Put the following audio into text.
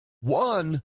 One